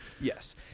Yes